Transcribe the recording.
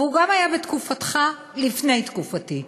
והוא גם היה בתקופתך שלפני תקופתי.